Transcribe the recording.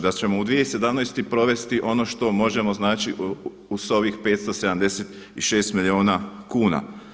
Da ćemo u 2017. provesti ono što možemo, znači sa ovih 576 milijuna kuna.